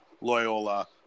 Loyola